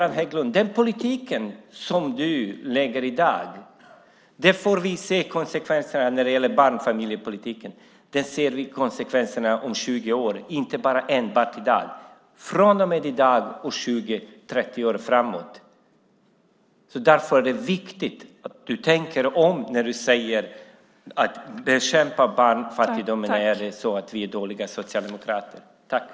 Den politik som du för i dag när det gäller barnfamiljerna, Göran Hägglund, får vi se konsekvenserna av om 20 år, inte enbart i dag utan från och med i dag och 20-30 år framåt. Därför är det viktigt att du tänker om när du säger att vi socialdemokrater är dåliga därför att vi bekämpar barnfattigdomen.